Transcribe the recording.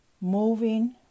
moving